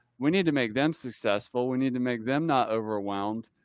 we need to make them successful. we need to make them not overwhelmed.